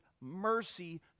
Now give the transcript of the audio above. mercy